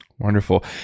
Wonderful